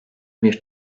bir